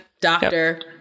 doctor